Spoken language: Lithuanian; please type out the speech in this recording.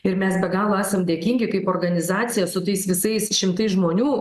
ir mes be galo esam dėkingi kaip organizacija su tais visais šimtais žmonių